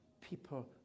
people